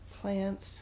plants